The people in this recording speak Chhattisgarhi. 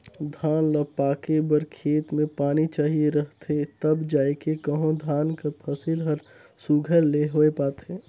धान ल पाके बर खेत में पानी चाहिए रहथे तब जाएके कहों धान कर फसिल हर सुग्घर ले होए पाथे